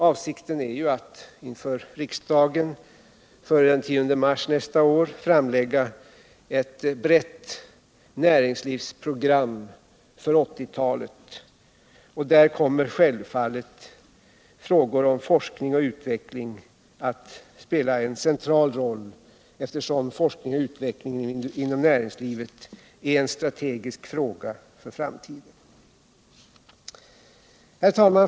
Avsikten är ju att inför riksdagen före den 10 mars nästa år framlägga ett brett näringslivsprogram för 1980-talet, och där kommer självfallet frågor om forskning och utveckling att spela en central roll, eftersom forskningen och utvecklingen inom näringslivet är en strategisk fråga för framtiden. Herr talman!